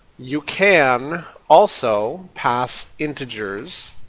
you can also pass integers,